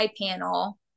panel